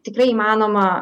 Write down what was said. tikrai įmanoma